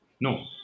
No